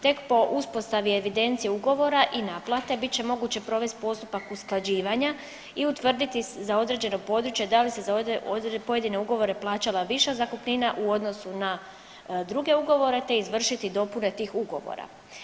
Tek po uspostavi evidencije ugovora i naplate bit će moguće provesti postupak usklađivanja i utvrditi za određeno područje da li se za pojedine ugovore plaćala viša zakupnina u odnosu na druge ugovore, te izvršiti dopune tih ugovora.